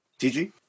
TG